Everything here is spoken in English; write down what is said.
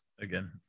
again